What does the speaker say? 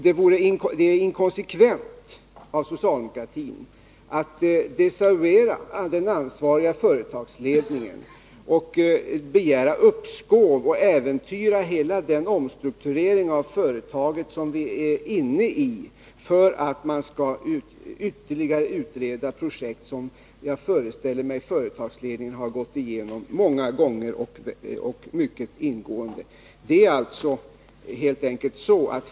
Det är inkonsekvent av socialdemokratin att desavouera den ansvariga företagsledningen och begära uppskov och äventyra hela den omstrukturering av företaget som vi är inne i, för att utreda projekt som jag föreställer mig att företagsledningen har gått igenom många gånger och mycket ingående.